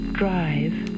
drive